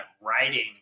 writing